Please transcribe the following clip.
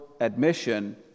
admission